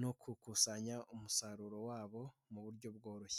no gukusanya umusaruro wabo muburyo bworoshye.